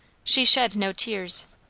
she shed no tears.